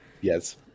yes